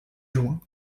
juin